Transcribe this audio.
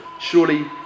surely